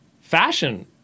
fashion